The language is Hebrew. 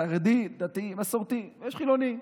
חרדי, דתי, מסורתי, ויש חילונים.